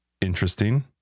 interesting